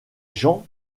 gens